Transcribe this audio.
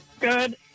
Good